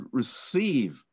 receive